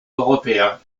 européen